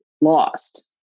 lost